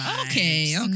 Okay